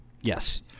Yes